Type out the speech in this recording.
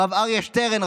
הרב אריה שטרן,